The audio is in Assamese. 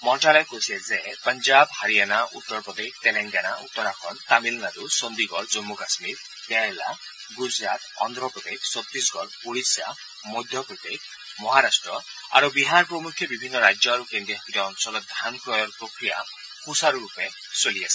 মন্ত্ৰালয়ে কৈছে যে পাঞ্জাৱ হাৰিয়ানা উত্তৰ প্ৰদেশ তেলেংগানা উত্তৰাখণ্ড তামিলনাডু চণ্ডিগড় জম্মু কাম্মীৰ কেৰালা ণুজৰাট অন্ধ্ৰ প্ৰদেশ চত্তিশগড় ওড়িশা মধ্যপ্ৰদেশ মহাৰাট্ট আৰু বিহাৰ প্ৰমূখ্যে বিভিন্ন ৰাজ্য আৰু কেন্দ্ৰীয় শাসিত অঞ্চলত ধান ক্ৰয়ৰ প্ৰক্ৰিয়া সুচাৰূৰূপে চলি আছে